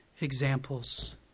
examples